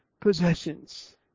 possessions